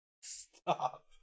Stop